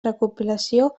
recopilació